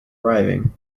arriving